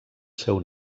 seu